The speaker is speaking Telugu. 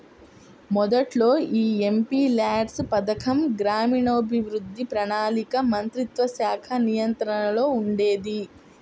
మొదట్లో యీ ఎంపీల్యాడ్స్ పథకం గ్రామీణాభివృద్ధి, ప్రణాళికా మంత్రిత్వశాఖ నియంత్రణలో ఉండేది